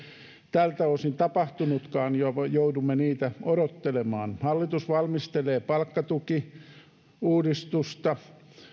tältä osin tapahtunutkaan ja joudumme niitä odottelemaan hallitus valmistelee palkkatukiuudistusta